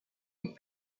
les